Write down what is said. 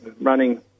running